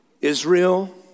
Israel